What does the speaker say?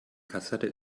kassette